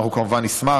אנחנו כמובן נשמח.